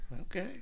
Okay